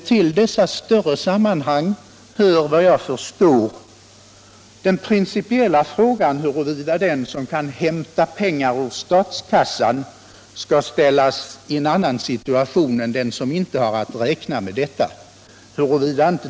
Till dessa större sammanhang hör efter vad jag förstår den principiella frågan huruvida den som kan hämta pengar ur statskassan skall ställas i en annan situation än den som inte har att räkna med denna möjlighet.